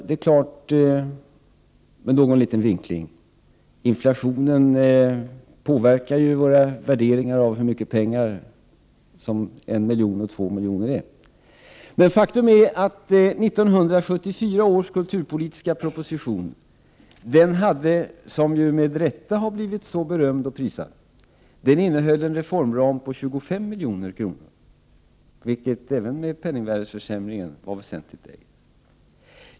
Det är klart — med någon liten vinkling — att inflationen påverkar våra värderingar av hur mycket pengar en miljon och två miljoner kronor är. Faktum är emellertid att 1974 års kulturpolitiska proposition — som ju med rätta har blivit berömd och prisad — innehöll en reformram om 25 milj.kr., vilket även med hänsyn tagen till penningvärdesförsämringen var väsentligt lägre.